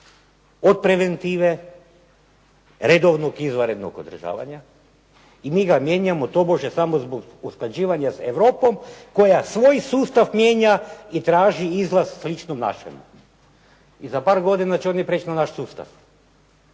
od preventive redovnog izvanrednog održavanja i mi ga mijenjamo tobože samo zbog usklađivanja s Europom koja svoj sustav mijenja i traži izlaz slično našemu. I za par godina će oni priječi na naš sustav.